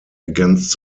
against